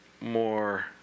more